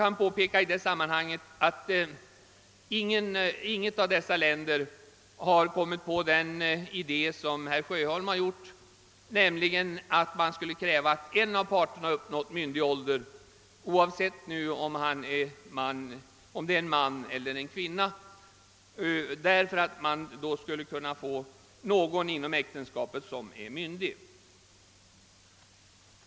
Jag vill i sammanhanget peka på att inget av de länder jag här nämnt har kommit på herr Sjöholms idé att en av parterna, oavsett kön, skall ha uppnått myndig ålder för att man skulle få ingå äktenskap.